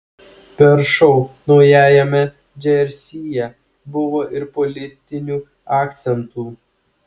per šou naujajame džersyje buvo ir politinių akcentų